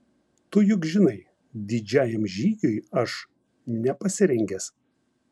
tu juk žinai didžiajam žygiui aš nepasirengęs